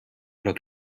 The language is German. oder